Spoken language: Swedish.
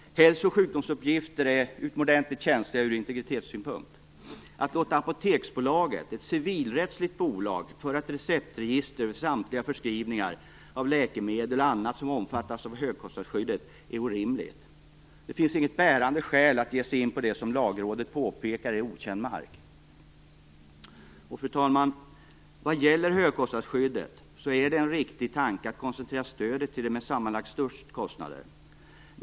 Hälso och sjukdomsuppgifter är utomordentligt känsliga från integritetssynpunkt. Att låta Apoteksbolaget, ett civilrättsligt bolag, föra ett receptregister över samtliga förskrivningar av läkemedel och annat som omfattas av högskostnadsskyddet är orimligt. Det finns inget bärande skäl att ge sig in på det som Lagrådet påpekar är okänd mark. Fru talman! Vad gäller högkostnadsskyddet så är det en riktig tanke att koncentrera stödet till dem med de sammanlagt största kostnaderna.